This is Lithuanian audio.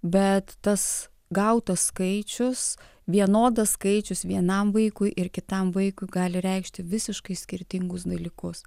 bet tas gautas skaičius vienodas skaičius vienam vaikui ir kitam vaikui gali reikšti visiškai skirtingus dalykus